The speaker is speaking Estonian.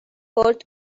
poolt